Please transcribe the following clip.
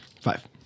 Five